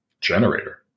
generator